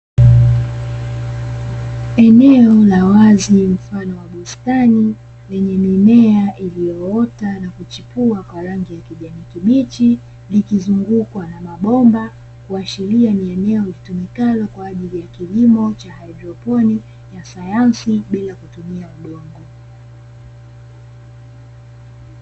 Eneo la wazi, mfano wa bustani lenye mimea iliyoota na kuchipua kwa rangi ya kijani kibichi likizungukwa na mabomba. Kuashiria ni eneo ilitumikalo kwa ajili ya kilimo cha haidroponi ya sayansi bila kutumia udongo.